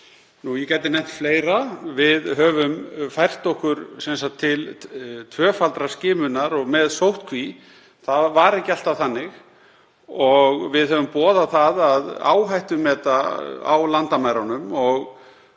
Ég gæti nefnt fleira. Við höfum fært okkur til tvöfaldrar skimunar og með sóttkví. Það var ekki alltaf þannig og við höfum boðað það að áhættumeta á landamærunum og